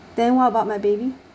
then what about my baby